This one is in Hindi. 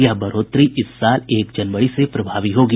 यह बढ़ोतरी इस साल एक जनवरी से प्रभावी होगी